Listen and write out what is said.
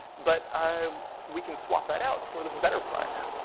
but ah we can swap that out for this better prior.